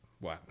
wow